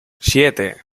siete